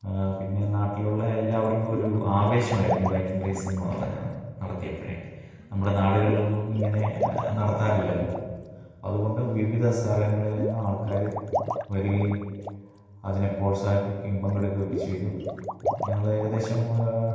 പിന്നെ നാട്ടിലുള്ള എല്ലാവര്ക്കും ഒരു ആവേശമായിരുന്നു ഈ ബൈക്കിംഗ് റേസ് എന്ന് പറഞ്ഞാൽ നടത്തിയപ്പഴേ നമ്മുടെ നാടുകളിലൊന്നും ഇങ്ങനെ നടത്താറില്ലല്ലോ അതുകൊണ്ട് വിവിധ സ്ഥലങ്ങളില് നിന്നും ആള്ക്കാർ വരികയും അതിനെ പ്രോത്സാഹിപ്പിക്കുകയും പങ്കെടുക്കുകയൊക്കെ ചെയ്തു ഞങ്ങൾ ഏകദേശം